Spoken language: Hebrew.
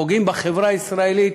פוגעים בחברה הישראלית,